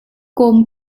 kawm